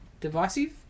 divisive